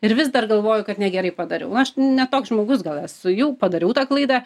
ir vis dar galvoju kad negerai padariau aš ne toks žmogus gal esu jau padariau tą klaidą